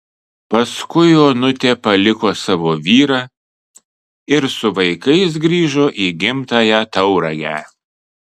paskui onutė paliko savo vyrą ir su vaikais grįžo į gimtąją tauragę